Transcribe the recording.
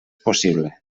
possible